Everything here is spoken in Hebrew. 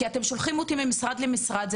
אתם שולחים אותי ממשרד למשרד.